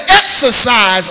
exercise